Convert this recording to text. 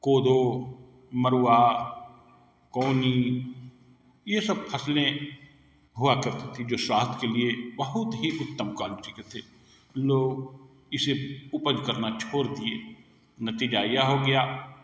कोदो मरुवा कौनी ये सब फ़सलें हुआ करती थी जो स्वास्थ्य के लिए बहुत ही उत्तम क्वालिटी के थे लोग इसे उपज करना छोड़ दिए नतीजा यह हो गया